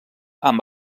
amb